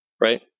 right